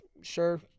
sure